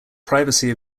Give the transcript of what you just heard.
privacy